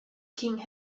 king